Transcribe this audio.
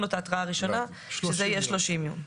לו את ההתראה הראשונה שזה יהיה 30 ימים.